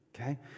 Okay